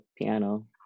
piano